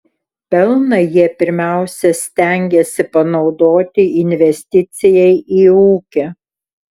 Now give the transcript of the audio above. pelną jie pirmiausia stengiasi panaudoti investicijai į ūkį